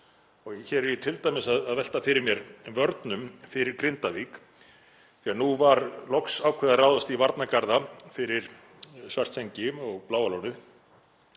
Hér er ég t.d. að velta fyrir mér vörnum fyrir Grindavík því að nú var loks ákveðið að ráðast í varnargarða fyrir Svartsengi og Bláa lónið